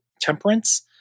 temperance